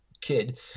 kid